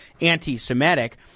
anti-Semitic